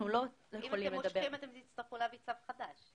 אם אתם מושכים תצטרכו להביא צו חדש.